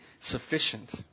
sufficient